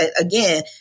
again